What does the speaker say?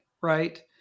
right